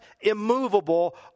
immovable